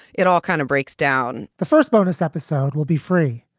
it all kind of breaks down the first bonus episode we'll be free,